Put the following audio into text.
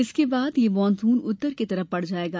इसके बाद ये मानसून उत्तर की तरफ बढ़ जाएगा